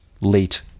late